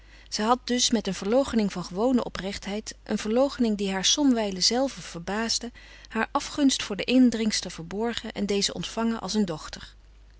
zij had dus met een verloochening van gewone oprechtheid een verloochening die haar somwijlen zelve verbaasde haar afgunst voor de indringster verborgen en deze ontvangen als een dochter